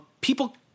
People